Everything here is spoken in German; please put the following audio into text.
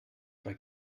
bei